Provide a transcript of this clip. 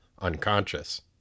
unconscious